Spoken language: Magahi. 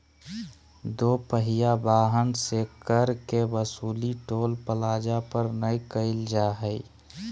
दो पहिया वाहन से कर के वसूली टोल प्लाजा पर नय कईल जा हइ